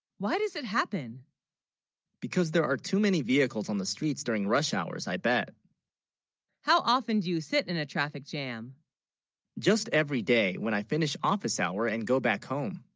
why, does it happen because there are too many vehicles on the streets during rush hours i bet how often do you sit in a traffic. jam just every day, when i finish office hour and go back home